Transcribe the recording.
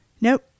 nope